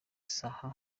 saha